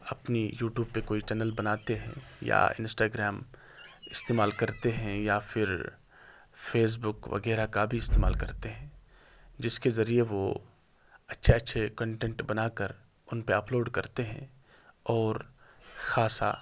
اپنی YouTube پہ کوئی چینل بناتے ہیں یا انسٹاگرام استعمال کرتے ہیں یا پھر فیس بک وغیرہ کا بھی استعمال کرتے ہیں جس کے ذریعے وہ اچھے اچھے کنٹنٹ بنا کر ان پہ اپ لوڈ کرتے ہیں اور خاصا